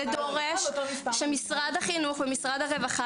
זה דורש שמשרד החינוך ומשרד הרווחה